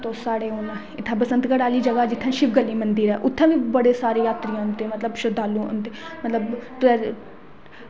ते साढ़ी बसंतगढ़ आह्ली जगह शिव गली आह्ली जगह जित्थें शिव मंदिर ऐ उत्थें बड़े सारे शरधालु औंदे ते केह् आक्खदे